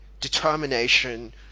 determination